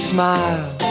smile